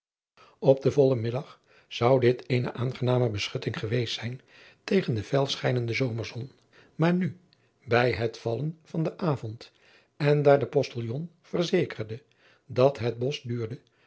p den vollen middag zou dit eene aangename beschutting geweest zijn tegen de fel driaan oosjes zn et leven van aurits ijnslager schijnende zomerzon maar nu bij het vallen van den avond en daar de postiljon verzekerde dat het bosch duurde